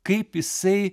kaip jisai